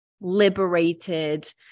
liberated